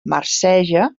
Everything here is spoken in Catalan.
marceja